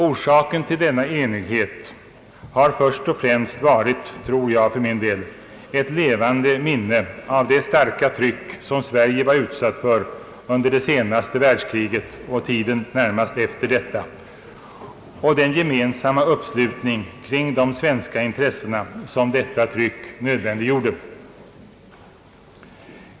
Orsaken till denna enighet har först och främst varit, tror jag för min del, ett levande minne av det starka tryck som Sverige var utsatt för under det senaste världskriget och tiden närmast efter detta och den gemensamma uppslutning kring de svenska intressena som detta tryck nödvändiggjorde.